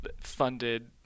funded